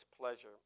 pleasure